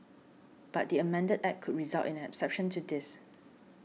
but the amended Act could result in an exception to this